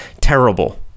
terrible